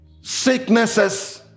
sicknesses